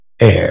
air